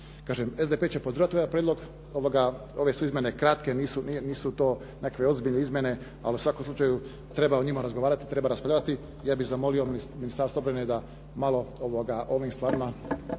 Kažem, SDP će podržati ovaj prijedlog, ove su izmjene kratke, nisu to nekakve ozbiljne izmjene, ali u svakom slučaju treba o njima razgovarati, treba raspravljati. Ja bih zamolio Ministarstvo obrane da malo o ovim stvarima,